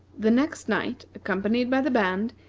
the next night, accompanied by the band,